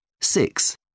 Six